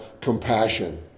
compassion